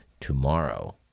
tomorrow